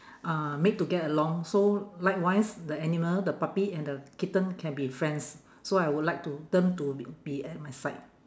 uh made to get along so likewise the animal the puppy and the kitten can be friends so I would like to them to be be at my side